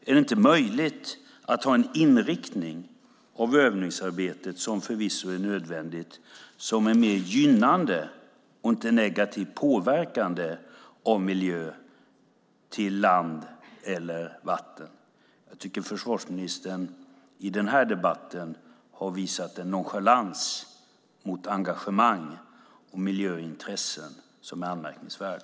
Är det inte möjligt att ha en inriktning på övningsarbetet, som förvisso är nödvändigt, som är mer gynnande och inte negativt påverkande för miljön på land eller vatten? Jag tycker att försvarsministern i denna debatt har visat en nonchalans mot engagemang och miljöintressen som är anmärkningsvärd.